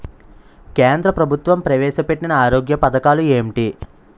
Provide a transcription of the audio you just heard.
కేంద్ర ప్రభుత్వం ప్రవేశ పెట్టిన ఆరోగ్య పథకాలు ఎంటి?